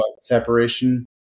separation